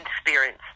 experience